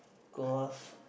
cause